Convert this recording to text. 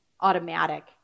automatic